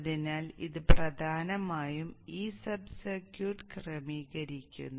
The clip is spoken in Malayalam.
അതിനാൽ ഇത് പ്രധാനമായും ഈ സബ് സർക്യൂട്ട് ക്രമീകരിക്കുന്നു